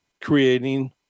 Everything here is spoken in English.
creating